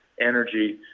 energy